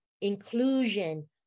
inclusion